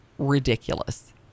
ridiculous